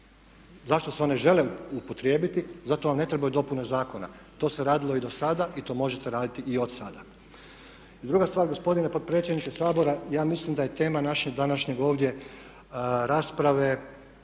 zašto se one žele upotrijebiti za to vam ne trebaju dopune zakona. To se radilo i dosada i to možete raditi i od sada. Druga stvar, gospodine potpredsjedniče Sabora ja mislim da tema naše današnje ovdje rasprave